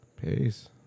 Peace